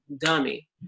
dummy